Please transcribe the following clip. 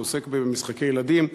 שעוסק במשחקי ילדים,